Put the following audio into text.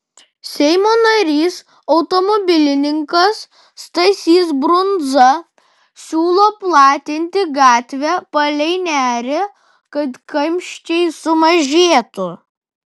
seimo narys automobilininkas stasys brundza siūlo platinti gatvę palei nerį kad kamščiai sumažėtų